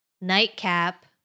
nightcap